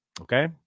Okay